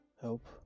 help